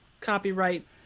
copyright